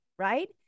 Right